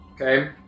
Okay